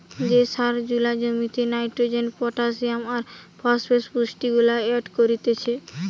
যে সার জুলা জমিতে নাইট্রোজেন, পটাসিয়াম আর ফসফেট পুষ্টিগুলা এড করতিছে